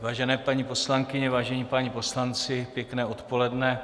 Vážené paní poslankyně, vážení páni poslanci, pěkné odpoledne.